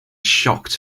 shocked